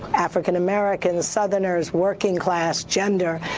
african americans, southerners, working class, gender,